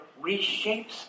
reshapes